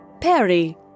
Perry